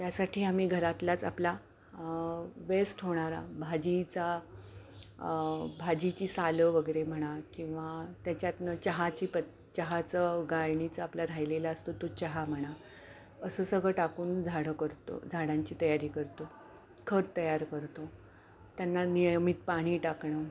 त्यासाठी आम्ही घरातलाच आपला वेस्ट होणारा भाजीचा भाजीची सालं वगैरे म्हणा किंवा त्याच्यातून चहाची पत् चहाचं गाळणीचं आपला राहिलेला असतो तो चहा म्हणा असं सगळं टाकून झाडं करतो झाडांची तयारी करतो खत तयार करतो त्यांना नियमित पाणी टाकणं